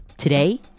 Today